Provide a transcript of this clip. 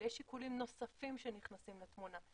אבל יש שיקולים נוספים שנכנסים לתמונה.